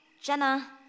Jenna